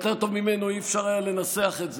ויותר טוב ממנו אי-אפשר היה לנסח את זה,